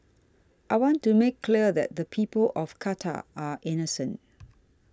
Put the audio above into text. I want to make clear that the people of Qatar are innocent